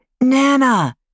Nana